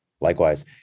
Likewise